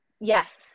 Yes